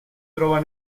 trova